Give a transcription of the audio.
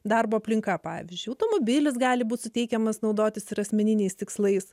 darbo aplinka pavyzdžiui automobilis gali būt suteikiamas naudotis ir asmeniniais tikslais